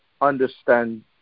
understand